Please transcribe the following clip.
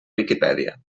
viquipèdia